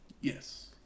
Yes